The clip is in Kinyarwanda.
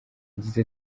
yagize